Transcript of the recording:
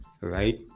right